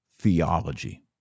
theology